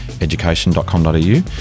education.com.au